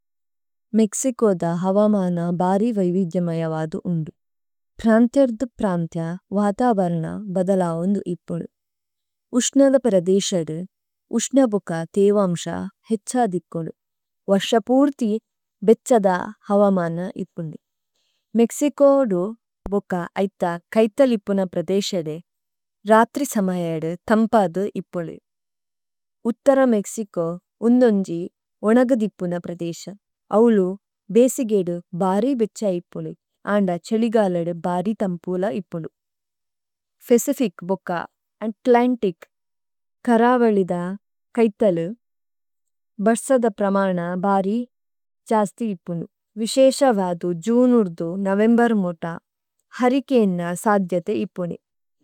മേക്സികോദ ഹവമന ബാരി വൈവിദ്യമയവദു ഉന്ദു। പ്രന്ത്യര്ദു പ്രന്ത്യ വതവരന ബദലൌന്ദു ഇപ്പുദു। ഉസ്നദ പ്രദേശദേ ഉസ്നബുക തേവമ്സ ഹേത്ഛ ദിപ്പുദു। വശ പൂര്തി ബേത്ഛദ ഹവമന ഇപ്പുദു। മേക്സികോദു ബുക ഐഥ കൈഥല് ഇപ്പുന പ്രദേശദേ രത്രി സമയദു ഥമ്പദു ഇപ്പുദു। ഉത്തര മേക്സികോ ഉന്ദോന്ജി ഓനഗുദ് ഇപ്പുന പ്രദേശ। അവ്ലു ബേസിഗേദു ബാരി വിഛ്ഛ ഇപ്പുദു। അന്ദ ഛദിഗലദു ബാരി ഥമ്പുല ഇപ്പുദു। ഫേസിഫിക് ബുക, അന്ത്ലന്തിക്, കരവലിദ കൈഥലു, ബത്സദ പ്രമന ബാരി ഛസ്തി ഇപ്പുദു। വിശേസവദു, ജുനുദു, നവേമ്ബര് മുത, ഹരികേന്ന സധ്യതേ ഇപ്പുദു।